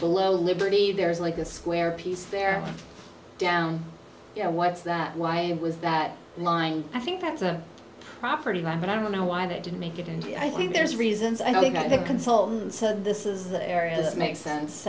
below liberty there is like a square piece there down yeah what's that why it was that line i think that's a property line but i don't know why they didn't make it and i think there's reasons i think that the consultant said this is the area this makes sense